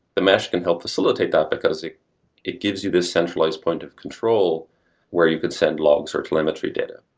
the mesh can help facilitate that because it it gives you this centralized point of control where you could send logs or telemetry data.